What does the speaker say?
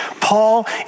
Paul